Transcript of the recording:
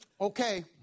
Okay